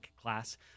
class